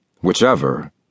Whichever